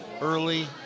early